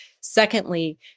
Secondly